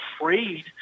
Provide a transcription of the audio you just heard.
afraid